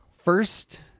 First